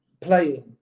playing